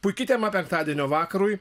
puiki tema penktadienio vakarui